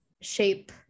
shape